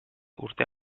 urtea